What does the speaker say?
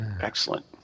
excellent